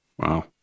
Wow